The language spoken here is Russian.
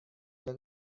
для